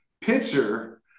pitcher